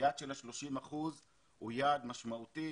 היעד של ה-30% הוא יעד משמעותי,